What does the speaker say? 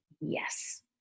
yes